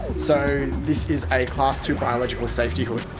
so this is a class two biological safety hood.